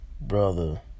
brother